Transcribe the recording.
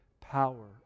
Power